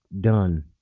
done